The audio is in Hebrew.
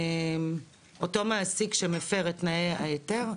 אותו מעסיק שמפר את תנאי ההיתר,